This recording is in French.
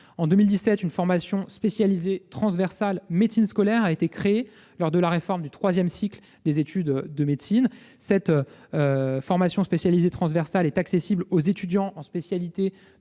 En 2017, une formation spécialisée transversale en médecine scolaire a été créée lors de la réforme du troisième cycle des études de médecine. Cette formation est accessible aux étudiants en spécialité